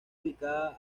ubicada